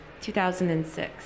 2006